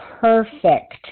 perfect